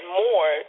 more